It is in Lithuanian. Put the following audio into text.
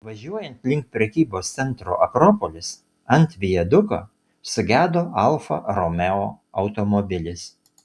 važiuojant link prekybos centro akropolis ant viaduko sugedo alfa romeo automobilis